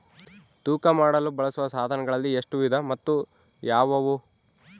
ತೂಕ ಮಾಡಲು ಬಳಸುವ ಸಾಧನಗಳಲ್ಲಿ ಎಷ್ಟು ವಿಧ ಮತ್ತು ಯಾವುವು?